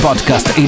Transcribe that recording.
Podcast